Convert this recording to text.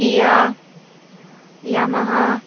Kia Yamaha